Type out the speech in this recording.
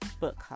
book